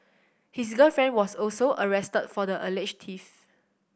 his girlfriend was also arrested for the alleged theft